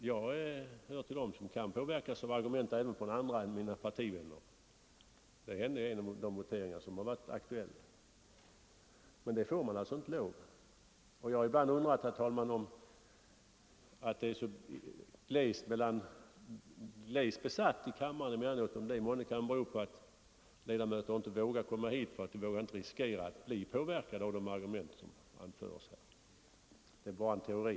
Jag hör till dem som kan påverkas av argument även från andra än mina partivänner — det hände vid en av de voteringar som varit aktuella — men det får man alltså inte lov till. Jag har ibland undrat om det förhållandet att kammaren ibland är så glest besatt möjligen kan bero på att ledamöterna inte vågar komma hit därför att de inte vill riskera att bli påverkade av de argument som anförs här. Men det är bara en teori.